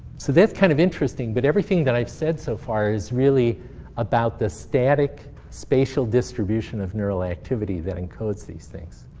so that's kind of interesting. but everything that i've said so far is really about the static spatial distribution of neural activity that encodes these things.